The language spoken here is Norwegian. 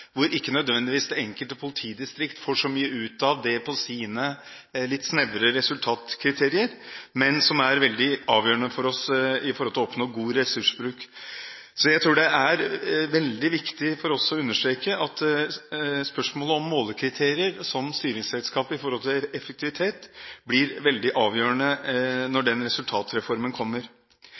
det enkelte politidistrikt ikke nødvendigvis får så mye ut av det på sine litt snevre resultatkriterier, men som er veldig avgjørende for oss med tanke på å oppnå god ressursbruk. Så jeg tror det er veldig viktig for oss å understreke at spørsmålet om målekriterier som styringsredskap når det gjelder effektivitet, blir veldig avgjørende når den resultatreformen kommer.